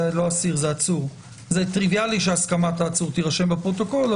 זה טריוויאלי שהסכמת העצור תירשם בפרוטוקול,